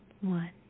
one